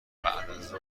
بعدازظهر